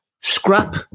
Scrap